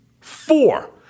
four